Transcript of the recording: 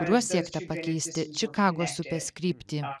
kuriuo siekta pakeisti čikagos upės kryptį